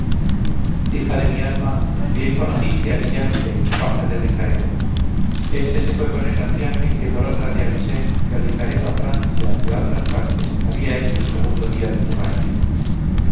hija de mi alma bien conociste a guillarte el paje de ricaredo éste se fue con él al viaje que por otra te avisé que ricaredo a francia y a otras partes había hecho el segundo día de tu partida